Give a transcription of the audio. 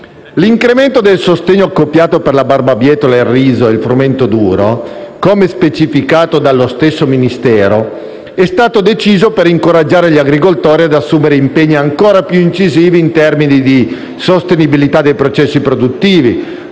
L'incremento del sostegno accoppiato per la barbabietola, il riso e il frumento duro, come specificato dallo stesso Ministero, è stato deciso per incoraggiare gli agricoltori ad assumere impegni ancora più incisivi in termini di sostenibilità dei processi produttivi,